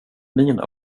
mina